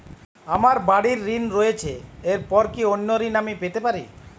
আমার বাড়ীর ঋণ রয়েছে এরপর কি অন্য ঋণ আমি পেতে পারি?